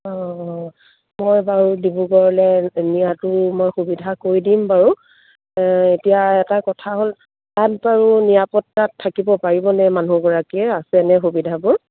অঁ মই বাৰু ডিব্ৰুগড়লৈ নিয়াতো মই সুবিধা কৰি দিম বাৰু এতিয়া এটা কথা হ'ল তাত বাৰু নিৰাপত্তাত থাকিব পাৰিবনে মানুহগৰাকীয়ে আছেনে সুবিধাবোৰ